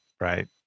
Right